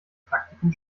praktikum